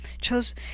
chose